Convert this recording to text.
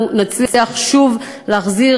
אנחנו נצליח שוב להחזיר,